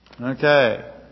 Okay